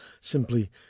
simply